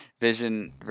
Vision